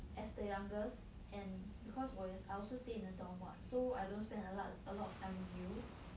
as the youngest and because 我 I also stay in the dorm what so I don't spend a lot a lot of time with you